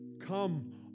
Come